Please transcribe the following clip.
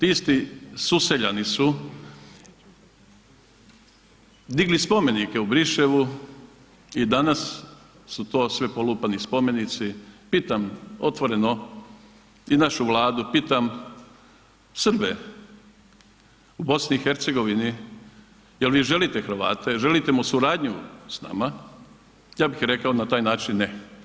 Isti suseljani su digli spomenike u Briševu i danas su to sve polupani spomenici, pitam otvoreno i našu Vladu, pitam Srbe u BiH-u, jel' vi želite Hrvate, jel' želite suradnju s nama, ja bih rekao na taj način ne.